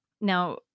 Now